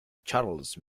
charles